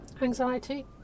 anxiety